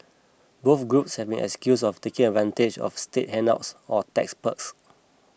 both groups have been accused of taking advantage of state handouts or tax perks